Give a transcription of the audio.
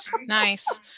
Nice